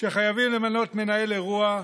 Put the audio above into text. שחייבים למנות מנהל אירוע,